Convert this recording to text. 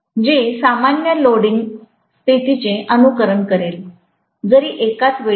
जे सामान्य लोडिंग स्थितीचे अनुकरण करेल जरी एकाच वेळी नाही